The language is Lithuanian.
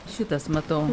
šitas matau